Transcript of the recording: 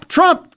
Trump